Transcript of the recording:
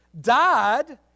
died